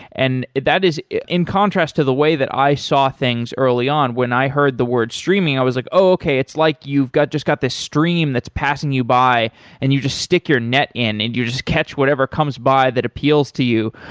and that is in contrast to the way that i saw things early on when i heard the word streaming i was like, okay. it's like you've just got this stream that's passing you by and you just stick your neck in and you just catch whatever comes by that appeals to you.